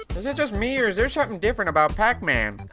is it just me, or is there somethin' different about pacman? oh,